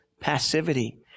passivity